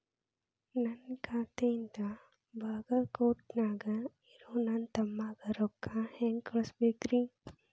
ನನ್ನ ಖಾತೆಯಿಂದ ಬಾಗಲ್ಕೋಟ್ ನ್ಯಾಗ್ ಇರೋ ನನ್ನ ತಮ್ಮಗ ರೊಕ್ಕ ಹೆಂಗ್ ಕಳಸಬೇಕ್ರಿ?